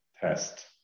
test